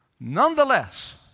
nonetheless